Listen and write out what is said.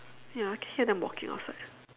ya can hear them walking outside